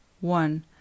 one